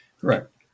Correct